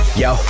yo